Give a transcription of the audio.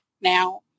now